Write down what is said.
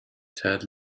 ted